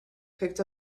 picked